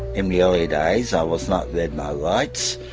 in the early days, i was not read my rights.